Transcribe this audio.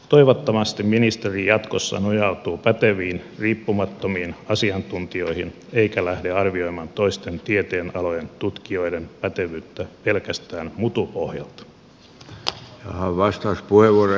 toivottavasti ministeri jatkossa nojautuu päteviin riippumattomiin asiantuntijoihin eikä lähde arvioimaan toisten tieteenalojen tutkijoiden pätevyyttä pelkästään mutupohjalta